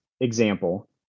example